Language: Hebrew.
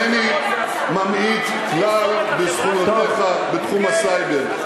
אינני ממעיט כלל בזכויותיך בתחום הסייבר.